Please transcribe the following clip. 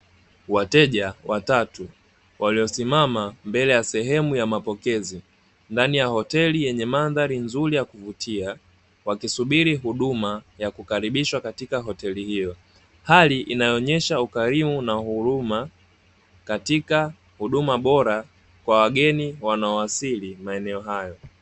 Wateja watatu waliosimama mbele ya sehemu ya mapokezi, ndani ya hoteli yenye mandhari nzuri ya kuvutia, wakisubiri huduma ya kukaribishwa katika hoteli hiyo, hali inayoonyesha ukarimu na huruma katika huduma bora kwa wageni wanaowasili maeneo hayo.